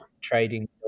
trading